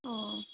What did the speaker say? ꯑꯣ